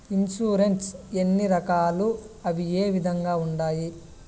insurance ఎన్ని రకాలు అవి ఏ విధంగా ఉండాయి